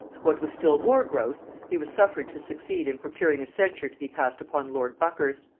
what was still more gross, he was suffered to succeed in procuring a censure to be passed upon lord buckhurst,